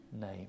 name